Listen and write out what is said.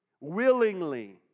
Willingly